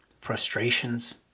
frustrations